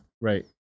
right